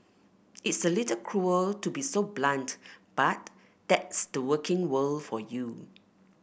it's a little cruel to be so blunt but that's the working world for you